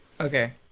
Okay